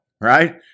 right